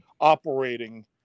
operating